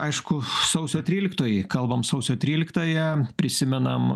aišku sausio tryliktoji kalbam sausio tryliktąją prisimenam